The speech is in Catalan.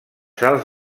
sals